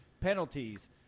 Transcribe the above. penalties